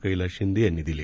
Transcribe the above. कैलास शिंदे यांनी दिले